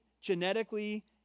genetically